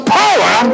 power